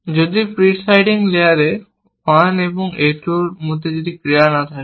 যদি প্রিসাইডিং লেয়ারে 1 এবং a 2 কোন ক্রিয়া না থাকে